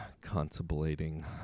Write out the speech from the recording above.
contemplating